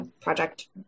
project